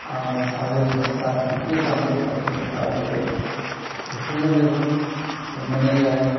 आङो हाल्दै मस्ला संख्रि बानलु हाल्दै मस्ला होयो बेफोरखौनो संनानै जायो